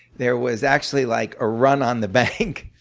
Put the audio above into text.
there was actually like a run on the bank